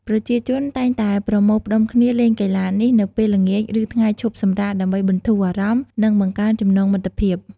ប្រជាជនតែងតែប្រមូលផ្តុំគ្នាលេងកីឡានេះនៅពេលល្ងាច ឬថ្ងៃឈប់សម្រាក ដើម្បីបន្ធូរអារម្មណ៍ និងបង្កើនចំណងមិត្តភាព។